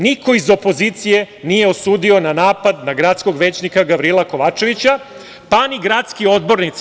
Niko iz opozicije nije osudio na napad na gradskog većnika Gavrila Kovačevića, pa ni gradski odbornici.